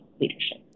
leadership